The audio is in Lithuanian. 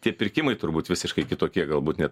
tie pirkimai turbūt visiškai kitokie galbūt net